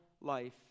life